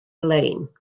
lein